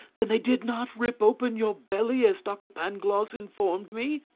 then they did not rip open your belly as doctor pangloss informed me?